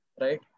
right